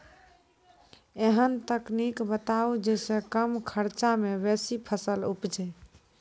ऐहन तकनीक बताऊ जै सऽ कम खर्च मे बेसी फसल उपजे?